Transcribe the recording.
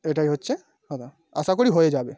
এটাই হচ্ছে কটা আশা করি হয়ে যাবে